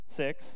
six